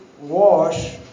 wash